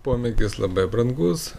pomėgis labai brangus